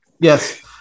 Yes